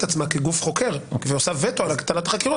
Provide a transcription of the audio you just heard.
עצמה כגוף חוקר ועושה וטו על הטלת חקירות,